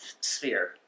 sphere